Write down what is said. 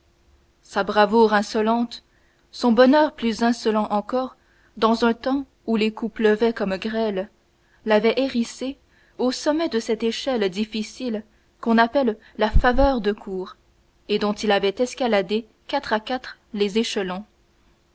sa bravoure insolente son bonheur plus insolent encore dans un temps où les coups pleuvaient comme grêle l'avaient hissé au sommet de cette échelle difficile qu'on appelle la faveur de cour et dont il avait escaladé quatre à quatre les échelons